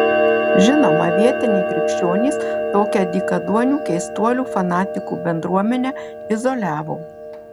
žinoma vietiniai krikščionys tokią dykaduonių keistuolių fanatikų bendruomenę izoliavo